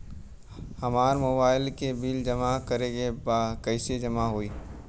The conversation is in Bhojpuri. हमार मोबाइल के बिल जमा करे बा कैसे जमा होई?